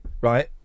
right